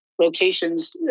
locations